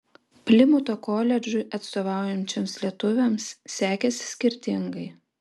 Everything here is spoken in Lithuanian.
plimuto koledžui atstovaujančioms lietuvėms sekėsi skirtingai